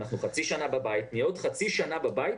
אנחנו חצי שנה בבית ונהיה עוד חצי שנה בבית.